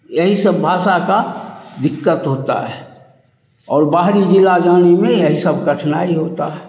यही सब भाषा की दिक्कत होती है और बाहरी ज़िले जाने में यही सब कठिनाई होती है